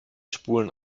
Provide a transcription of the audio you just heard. spulen